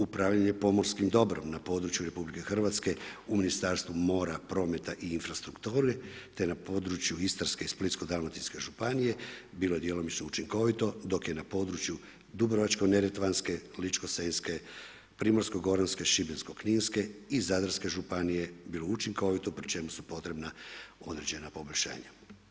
Upravljanje pomorskim dobrom na području RH u Ministarstvu mora, prometa i infrastrukture te na području Istarske i Splitsko-dalmatinske županije, bilo je djelomično učinkovito dok je na području Dubrovačko-neretvanske, Ličko-senjske, Primorsko-goranske, Šibensko-kninske i Zadarske županije bilo učinkovito pri čemu su potrebna određena poboljšanja.